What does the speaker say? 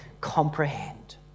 comprehend